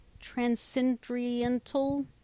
transcendental